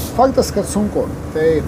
faktas kad sunku tai